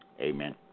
Amen